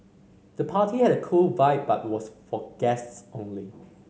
the party had a cool vibe but was for guests only